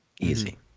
easy